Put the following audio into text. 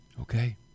Okay